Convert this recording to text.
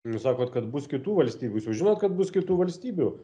jūs sakot kad bus kitų valstybių jūs jau žinot kad bus kitų valstybių